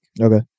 Okay